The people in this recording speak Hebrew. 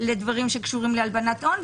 לדברים שקשורים להלבנת הון.